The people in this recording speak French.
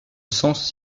sens